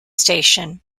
station